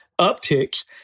upticks